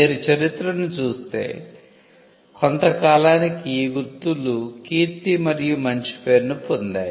మీరు చరిత్రను చూస్తే కొంత కాలానికి ఈ గుర్తులు కీర్తి మరియు మంచి పేరును పొందాయి